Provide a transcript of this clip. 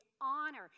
honor